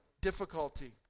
difficulty